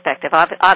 perspective